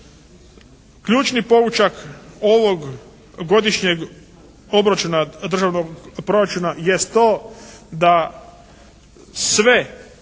ključni poučak ovog godišnjeg obračuna državnog proračuna jest to da sve